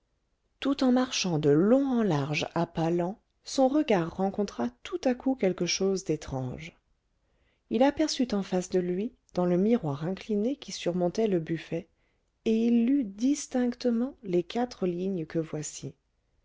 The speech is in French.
tout en marchant de long en large à pas lents son regard rencontra tout à coup quelque chose d'étrange il aperçut en face de lui dans le miroir incliné qui surmontait le buffet et il lut distinctement les quatre lignes que voici